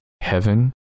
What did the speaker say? heaven